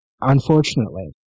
Unfortunately